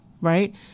right